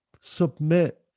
submit